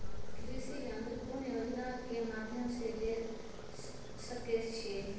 कृषि यंत्र कौन योजना के माध्यम से ले सकैछिए?